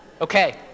Okay